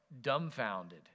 dumbfounded